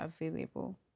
available